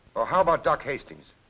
how about doc hastings?